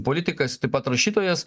politikas taip pat rašytojas